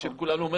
של כולנו אומר